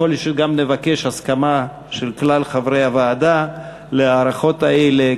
יכול להיות שגם נבקש הסכמה של כלל חברי הוועדה להארכות האלה,